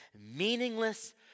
meaningless